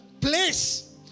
place